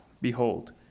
Behold